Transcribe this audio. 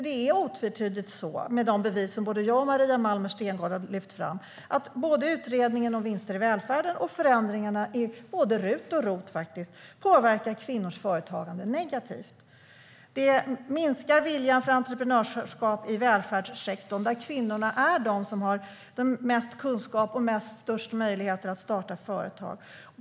Det är otvetydigt så, med de bevis som både jag och Maria Malmer Stenergard har lyft fram, att både utredningen om vinster i välfärden och förändringarna i både RUT och ROT påverkar kvinnors företagande negativt. Det minskar viljan för entreprenörskap i välfärdssektorn där kvinnorna är de som har mest kunskap och störst möjligheter att starta företag.